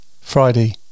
Friday